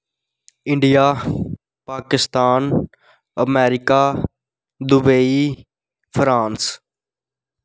ईइंडिया Pakistan America Dubai France